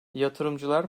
yatırımcılar